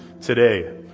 today